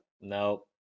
nope